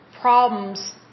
problems